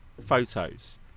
photos